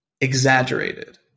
exaggerated